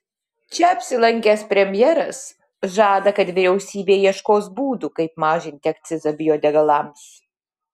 čia apsilankęs premjeras žada kad vyriausybė ieškos būdų kaip mažinti akcizą biodegalams